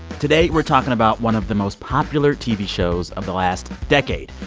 today we're talking about one of the most popular tv shows of the last decade,